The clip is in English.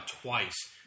twice